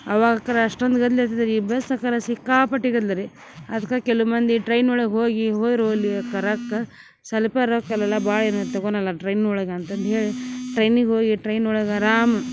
ಅವಾಗ ಕರ ಅಷ್ಟೊಂದು ಗದ್ಲ ಇರ್ತಿದ್ರಿ ಬಸ್ ಅಕರ ಸಿಕ್ಕಾಪಟ್ಟಿ ಗದ್ದಲ ರಿ ಅದ್ಕ ಕೆಲು ಮಂದಿ ಟ್ರೈನೊಳಗ ಹೋಗಿ ಹೋದ್ರ ಹೋಲಿ ಅಕ್ಕ ರಕ್ಕ ಸ್ವಲ್ಪ ರೊಕ್ಕ ಅಲ್ಲಲ್ಲ ಭಾಳ ಏನು ತೊಗೊನಲ ಟ್ರೈನೊಳಗ ಅಂತಂದು ಹೇಳಿ ಟ್ರೈನಿಗ ಹೋಗಿ ಟ್ರೈನೊಳಗ ಅರಾಮ